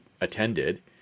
attended